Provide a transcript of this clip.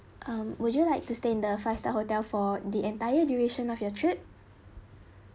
um would you like to stay in the five star hotel for the entire duration of your trip